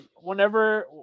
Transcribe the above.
Whenever